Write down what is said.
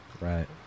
Right